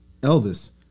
Elvis